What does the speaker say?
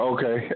Okay